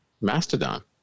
Mastodon